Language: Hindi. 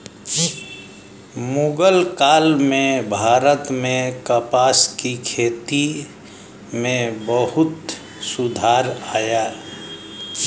मुग़ल काल में भारत में कपास की खेती में बहुत सुधार आया